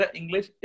English